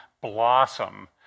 blossom